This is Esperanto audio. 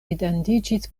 etendiĝis